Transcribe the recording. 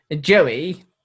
Joey